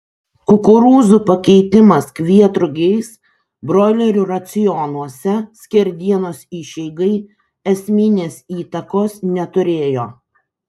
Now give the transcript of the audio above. kukurūzų pakeitimas kvietrugiais broilerių racionuose skerdienos išeigai esminės įtakos neturėjo